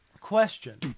Question